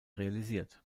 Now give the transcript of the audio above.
realisiert